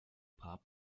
pub